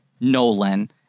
Nolan